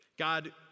God